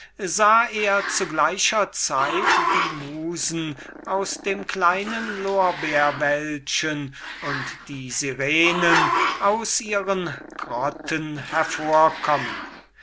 sah er zu gleicher zeit die musen aus dem kleinen lorbeerwäldchen und die sirenen aus ihren grotten hervorkommen